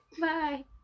Bye